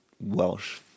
Welsh